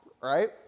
Right